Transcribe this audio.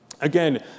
Again